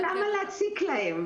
למה להציק להם?